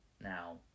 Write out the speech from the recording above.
Now